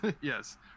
yes